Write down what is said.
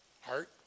heart